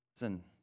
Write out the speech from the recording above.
Listen